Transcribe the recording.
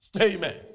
Amen